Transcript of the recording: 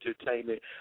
entertainment